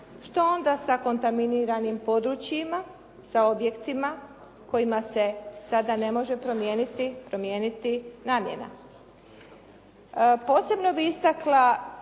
Što onda sa kontaminiranim područjima, sa objektima kojima se sada ne može promijeniti namjena. Posebno bih istakla